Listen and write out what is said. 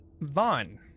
Vaughn